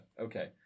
Okay